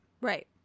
Right